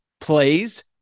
plays